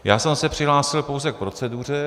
Já jsem se přihlásil pouze k proceduře.